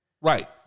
Right